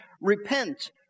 repent